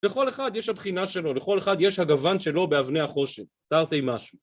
לכל אחד יש הבחינה שלו, לכל אחד יש הגוון שלו באבני החושן. תרתי משמע.